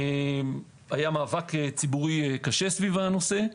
היה מאבק ציבורי קשה בנושא,